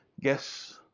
Guess